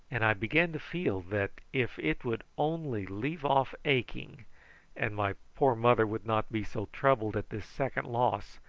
and i began to feel that if it would only leave off aching and my poor mother would not be so troubled at this second loss,